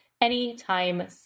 anytime